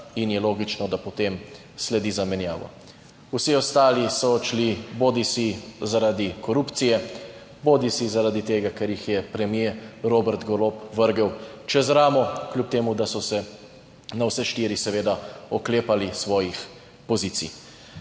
in je logično, da potem sledi zamenjava. Vsi ostali so odšli, bodisi zaradi korupcije bodisi zaradi tega, ker jih je premier Robert Golob vrgel čez ramo. Kljub temu, da so se na vse štiri seveda oklepali svojih pozicij.